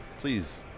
please